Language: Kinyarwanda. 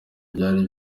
ibyari